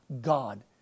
God